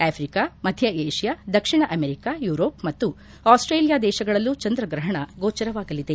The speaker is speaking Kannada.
ಆಫ್ರಿಕಾ ಮಧ್ಯ ಏಷ್ಯಾ ದಕ್ಷಿಣ ಅಮೆರಿಕ ಯೂರೋಪ್ ಮತ್ತು ಆಸ್ಸೇಲಿಯಾ ದೇಶಗಳಲ್ಲೂ ಚಂದ್ರಗ್ರಹಣ ಗೋಚರವಾಗಲಿದೆ